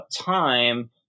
time